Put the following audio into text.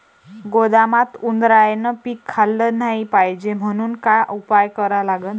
गोदामात उंदरायनं पीक खाल्लं नाही पायजे म्हनून का उपाय करा लागन?